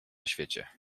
świecie